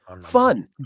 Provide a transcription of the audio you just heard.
Fun